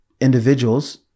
individuals